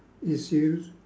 you serious